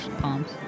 Palms